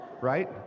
Right